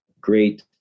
great